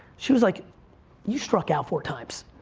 she was like you struck out four times.